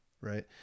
Right